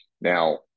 now